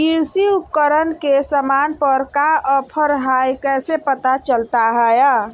कृषि उपकरण के सामान पर का ऑफर हाय कैसे पता चलता हय?